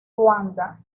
ruanda